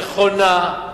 נכונה,